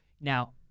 now